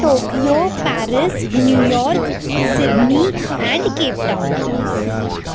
Tokyo Paris New York Sydney and Cape Town